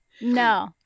No